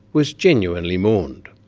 was genuinely mourned.